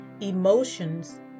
emotions